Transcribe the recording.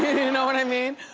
you know what i mean?